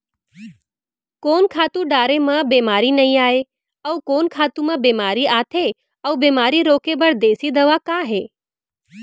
कोन खातू डारे म बेमारी नई आये, अऊ कोन खातू म बेमारी आथे अऊ बेमारी रोके बर देसी दवा का हे?